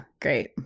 great